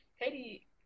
Katie